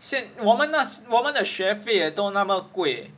现我们那次我们的学费也都那么贵